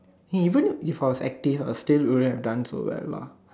even if I was active I still wouldn't have done so well lah